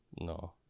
No